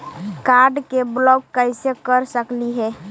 Card के block कैसे कर सकली हे?